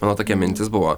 mano tokia mintis buvo